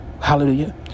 Hallelujah